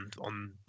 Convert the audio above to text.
on